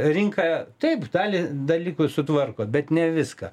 rinka taip dalį dalykų sutvarko bet ne viską